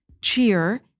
cheer